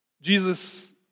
Jesus